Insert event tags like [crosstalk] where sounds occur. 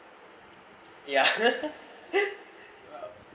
ya [laughs]